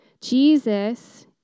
Jesus